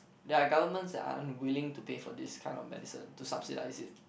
there are governments are unwilling to pay for this kind of medicine to subsidize it